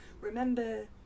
remember